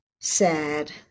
sad